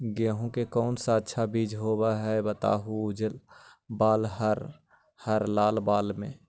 गेहूं के कौन सा अच्छा बीज होव है बताहू, उजला बाल हरलाल बाल में?